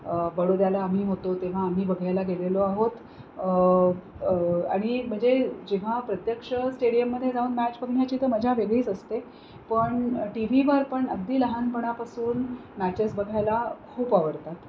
बडोद्याला आम्ही होतो तेव्हा आम्ही बघायला गेलेलो आहोत आणि म्हणजे जेव्हा प्रत्यक्ष स्टेडियममध्ये जाऊन मॅच बघण्याची तर मजा वेगळीच असते पण टी व्हीवर पण अगदी लहानपणापासून मॅचेस बघायला खूप आवडतात